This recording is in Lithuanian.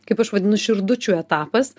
kaip aš vadinu širdučių etapas